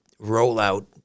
rollout